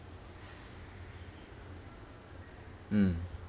mm